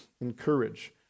encourage